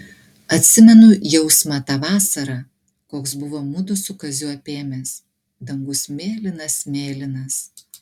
atsimenu jausmą tą vasarą koks buvo mudu su kaziu apėmęs dangus mėlynas mėlynas